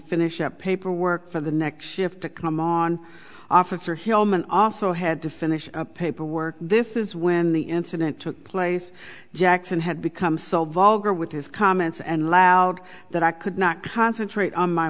finish up paperwork for the next shift to come on officer hilman also had to finish paperwork this is when the incident took place jackson had become so vulgar with his comments and loud that i could not concentrate on my